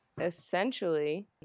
essentially